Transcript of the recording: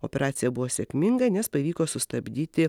operacija buvo sėkminga nes pavyko sustabdyti